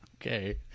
Okay